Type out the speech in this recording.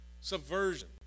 subversion